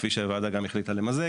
כפי שהוועדה גם החליטה למזג